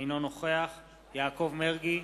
אינו נוכח יעקב מרגי,